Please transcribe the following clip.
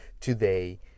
today